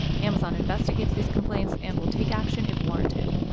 amazon investigates these complaints and will take action if warranted.